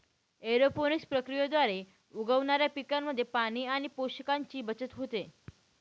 aeroponics प्रक्रियेद्वारे उगवणाऱ्या पिकांमध्ये पाणी आणि पोषकांची बचत होते